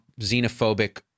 xenophobic